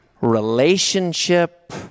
relationship